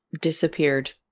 disappeared